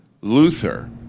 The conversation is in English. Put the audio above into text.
Luther